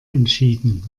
entschieden